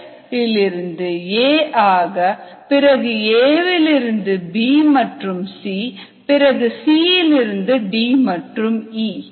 S A ஆக பிறகு A விலிருந்து B மற்றும் C பிறகு C இலிருந்து D மற்றும்E